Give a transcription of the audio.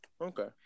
Okay